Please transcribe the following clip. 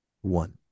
One